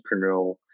entrepreneurial